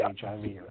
HIV